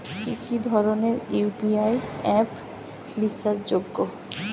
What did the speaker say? কি কি ধরনের ইউ.পি.আই অ্যাপ বিশ্বাসযোগ্য?